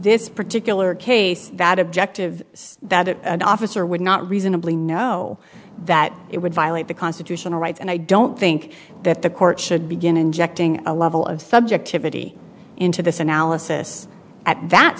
this particular case that objective that it an officer would not reasonably know that it would violate the constitutional rights and i don't think that the court should begin injecting a level of subjectivity into this analysis at that